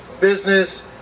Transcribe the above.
business